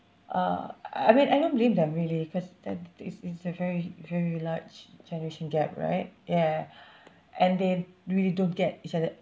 uh I I mean I don't blame them really cause that it's it's a very very large generation gap right ya and they really don't get each other